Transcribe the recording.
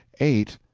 eight.